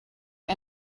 who